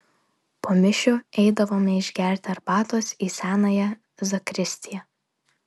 po mišių eidavome išgerti arbatos į senąją zakristiją